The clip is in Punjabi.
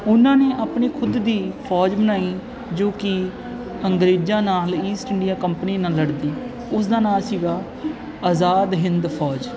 ਉਹਨਾਂ ਨੇ ਆਪਣੀ ਖੁਦ ਦੀ ਫੌਜ ਬਣਾਈ ਜੋ ਕਿ ਅੰਗਰੇਜ਼ਾਂ ਨਾਲ ਈਸਟ ਇੰਡੀਆ ਕੰਪਨੀ ਨਾਲ ਲੜਦੀ ਉਸ ਦਾ ਨਾਂ ਸੀਗਾ ਆਜ਼ਾਦ ਹਿੰਦ ਫੌਜ